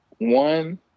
One